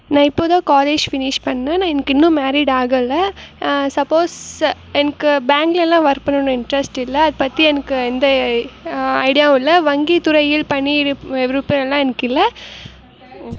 நான் இப்பதான் college finish பண்ணேன் நான் எனக்கு இன்னும் மெரீட் ஆகலை சப்போஸ் எனக்கு பேங்க்லலாம் ஒர்க் பண்ணணும் இன்ட்ரஸ்ட் இல்லை அது பற்றி எனக்கு எந்த ஐடியாவும் இல்லை வங்கித் துறையில் பணியிரு விருப்பலாம் எனக்கு இல்லை